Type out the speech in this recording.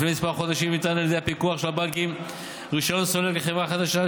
לפני כמה חודשים ניתן על ידי הפיקוח של הבנקים רישיון סולק לחברה חדשה.